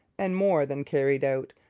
and more than carried out,